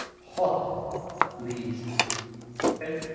hot leads okay